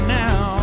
now